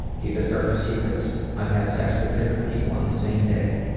deepest, darkest secrets? i've had sex with different people on the same day.